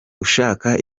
ushaka